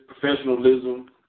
professionalism